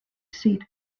seat